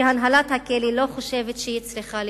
שהנהלת הכלא לא חושבת שהיא צריכה לקרוא.